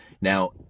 Now